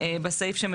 שהקראנו בוועדה,